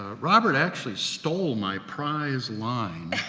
ah robert actually stole my prize line.